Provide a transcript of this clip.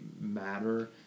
matter